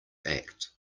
act